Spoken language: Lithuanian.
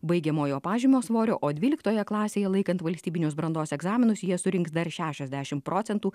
baigiamojo pažymos svorio o dvyliktoje klasėje laikant valstybinius brandos egzaminus jie surinks dar šešiasdešimt procentų